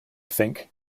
think